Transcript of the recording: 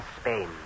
Spain